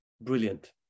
brilliant